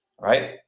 right